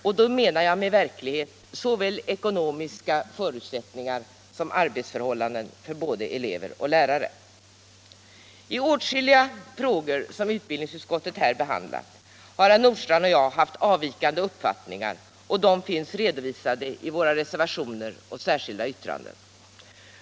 Och då menar jag med verklighet såväl ekonomiska förutsättningar som arbetsförhållanden för både elever och lärare. I åtskilliga frågor som utbildningsutskottet behandlat har herr Nordstrandh och jag haft avvikande uppfattningar, och dessa finns redovisade i våra reservationer och särskilda yttranden.